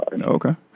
Okay